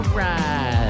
right